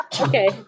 Okay